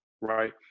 right